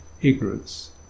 ignorance